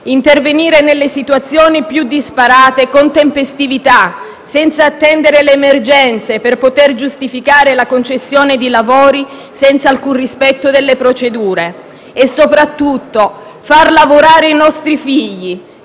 intervenire nelle situazioni più disparate con tempestività, senza attendere le emergenze per poter giustificare la concessione di lavori senza alcun rispetto delle procedure; soprattutto, far lavorare i nostri figli,